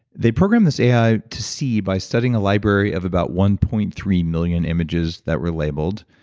they programmed this ai to see by studying a library of about one point three million images that were labeled.